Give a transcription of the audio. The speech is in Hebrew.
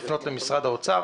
צריכים לפנות למשרד האוצר